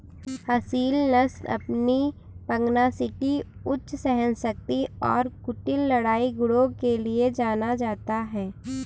असील नस्ल अपनी पगनासिटी उच्च सहनशक्ति और कुटिल लड़ाई गुणों के लिए जाना जाता है